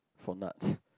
for nuts